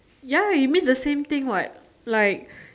ya it means the same thing what like